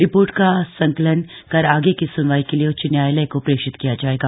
report का संकलन कर आगे की सुनवाई के लिए उच्च न्यायालय को प्रेषित किया जाएगा